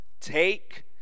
Take